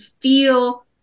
feel